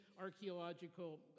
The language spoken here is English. archaeological